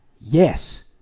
yes